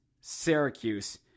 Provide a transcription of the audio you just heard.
Syracuse